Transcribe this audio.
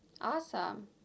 Awesome